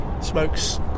Smoke's